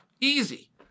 easy